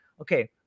okay